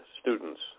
students